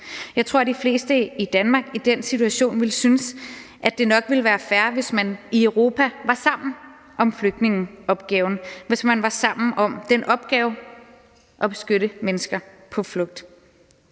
Jeg tror, at de fleste i Danmark i den situation ville synes, at det nok ville være fair, hvis man i Europa var sammen om flygtningeopgaven, hvis man var sammen om den opgave at beskytte mennesker på flugt,